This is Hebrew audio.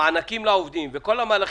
המענקים לעובדים וכל המהלכים,